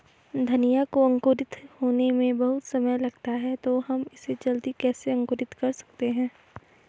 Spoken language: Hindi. धनिया को अंकुरित होने में बहुत समय लगता है तो हम इसे जल्दी कैसे अंकुरित कर सकते हैं?